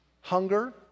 hunger